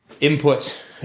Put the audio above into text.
input